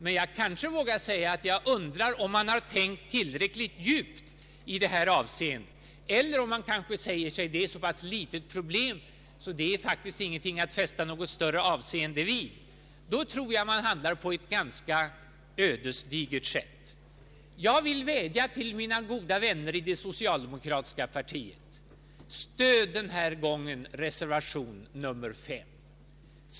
Men jag undrar om han har tänkt tillräckligt djupt i detta avseende eller om han kanske säger sig att det är ett så pass litet problem att det inte är någonting att fästa större avseende vid. Då tror jag man handlar på ett ganska ödesdigert sätt. Jag vill vädja till mina goda vänner i det socialdemokratiska partiet: Stöd den här gången reservation nr 5!